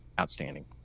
outstanding